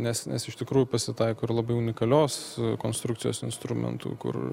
nes nes iš tikrųjų pasitaiko ir labai unikalios konstrukcijos instrumentų kur